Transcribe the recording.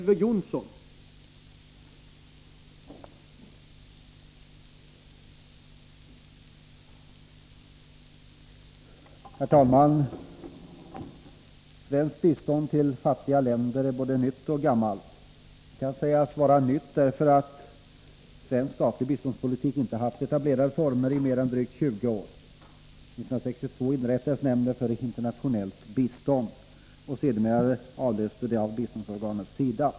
Herr talman! Svenskt bistånd till fattiga länder är både nytt och gammalt. Det kan sägas vara nytt därför att svensk statlig biståndspolitik inte har haft etablerade former i mer än drygt 20 år. 1962 inrättades nämnden för internationellt bistånd som sedermera avlöstes av biståndsorganet SIDA.